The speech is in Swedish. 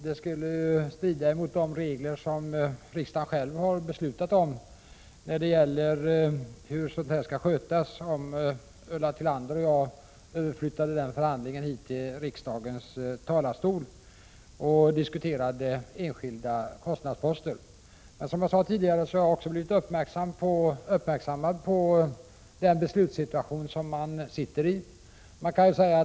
Det skulle strida mot de regler som riksdagen fastställt om Ulla Tillander och jag flyttade den förhandlingen till riksdagens talarstol och diskuterade enskilda kostnadsposter här. Som jag sade tidigare har jag blivit uppmärksammad på den beslutssituation som föreligger.